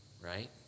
Right